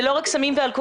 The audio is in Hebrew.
זה לא רק סמים ואלכוהול,